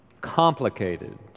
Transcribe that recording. complicated